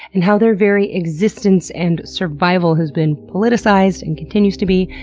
and how their very existence and survival has been politicized and continues to be,